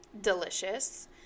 Delicious